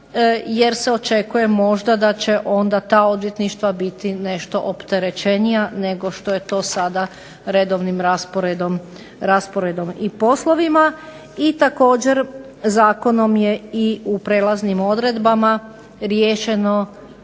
jer se očekuje možda da će onda ta odvjetništva biti nešto opterećenija nego što je to sada redovnim rasporedom i poslovima. I također zakonom je u prijelaznim odredbama riješeno